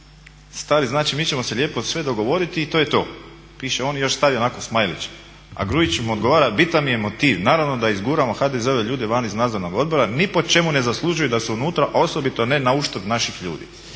stari znači mi ćemo se lijepo sve dogovoriti i to je to piše on i još stavi onako smajlić. A Gruić im odgovara bitan mi je motiv, naravno da izguramo HDZ-ove ljude van iz nadzornog odbora, ni po čemu ne zaslužuju da su unutra, a osobito ne na uštrb naših ljudi.